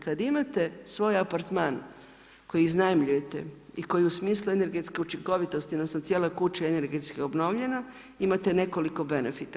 Kada imate svoj apartman koji iznajmljujete i koji u smislu energetske učinkovitosti odnosno cijela je kuća energetski obnovljena, imate nekoliko benefita.